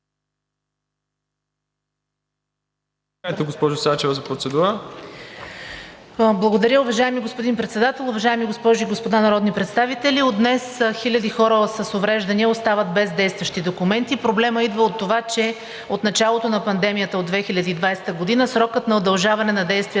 Благодаря, уважаеми господин Председател. Уважаеми госпожи и господа народни представители, от днес хиляди хора с увреждания остават без действащи документи. Проблемът идва от това, че от началото на пандемията от 2020 г. срокът на удължаване на действие